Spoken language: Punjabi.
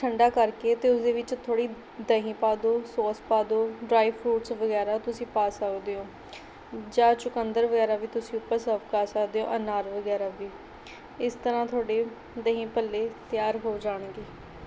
ਠੰਡਾ ਕਰਕੇ ਅਤੇ ਉਸਦੇ ਵਿੱਚ ਥੋੜ੍ਹੀ ਦਹੀਂ ਪਾ ਦਿਉ ਸੋਸ ਪਾ ਦਿਉ ਡ੍ਰਾਈ ਫਰੂਟਸ ਵਗੈਰਾ ਤੁਸੀਂ ਪਾ ਸਕਦੇ ਹੋ ਜਾਂ ਚੁਕੰਦਰ ਵਗੈਰਾ ਵੀ ਤੁਸੀਂ ਉੱਪਰ ਸਰਵ ਕਰ ਸਕਦੇ ਹੋ ਅਨਾਰ ਵਗੈਰਾ ਵੀ ਇਸ ਤਰ੍ਹਾਂ ਤੁਹਾਡੇ ਦਹੀਂ ਭੱਲੇ ਤਿਆਰ ਹੋ ਜਾਣਗੇ